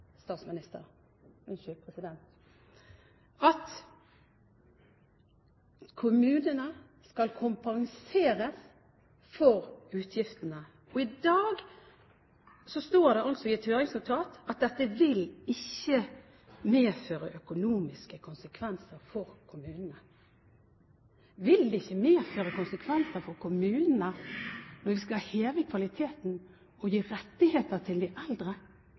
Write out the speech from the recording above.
at kommunene skal kompenseres for utgiftene. I dag står det i et høringsnotat at dette ikke vil «medføre økonomiske konsekvenser» for kommunene. Vil det ikke medføre konsekvenser for kommunene når vi skal heve kvaliteten og gi rettigheter til de eldre?